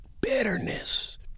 Bitterness